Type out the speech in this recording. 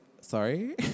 Sorry